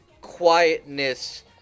quietness